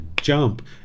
jump